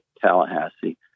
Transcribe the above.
Tallahassee